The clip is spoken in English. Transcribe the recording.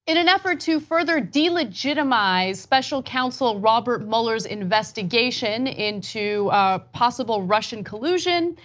in an effort to further delegitimize special counsel robert mueller's investigation into ah possible russian collusion,